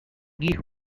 hijo